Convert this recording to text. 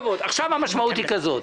המשמעות היא זאת: